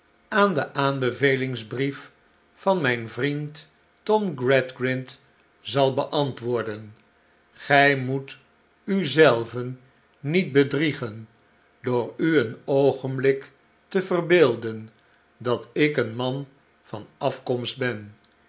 aan den aanbevelingsbrief van mijn vriend tom gradgrind zal beantwoorden gij moet u zelven niet bedriegen door u een oogenblik te verbeelden dat ik een man van afkomst ben